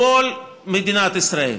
כל מדינת ישראל,